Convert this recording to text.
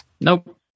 Nope